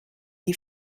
die